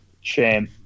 Shame